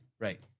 right